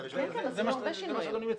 זה מה שאני מציע.